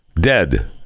dead